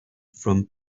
from